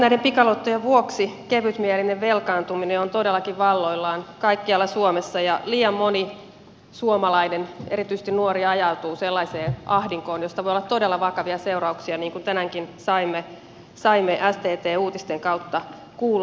näiden pikaluottojen vuoksi kevytmielinen velkaantuminen on todellakin valloillaan kaikkialla suomessa ja liian moni suomalainen erityisesti nuori ajautuu sellaiseen ahdinkoon josta voi olla todella vakavia seurauksia niin kuin tänäänkin saimme stt uutisten kautta kuulla